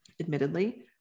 admittedly